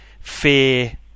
fear